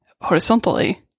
horizontally